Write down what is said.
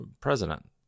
president